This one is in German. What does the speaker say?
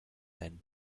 dein